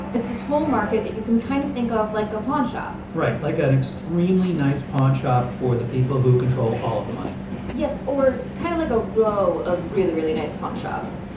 it's this whole market that you can kind of think of like a pawnshop right, like an extremely nice pawnshop for the people who control all of the money yes, or kind of like a row of really, really nice pawnshops.